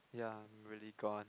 ya I'm really gone